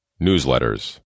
newsletters